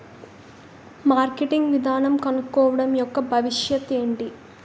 Marketing విధానం కనుక్కోవడం యెక్క భవిష్యత్ ఏంటి?